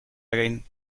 again